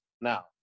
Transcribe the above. Now